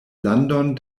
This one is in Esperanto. landon